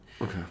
Okay